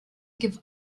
give